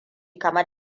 kamar